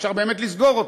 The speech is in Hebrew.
ואפשר באמת לסגור אותה.